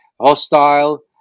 hostile